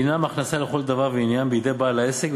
הם הכנסה לכל דבר ועניין בידי בעל העסק,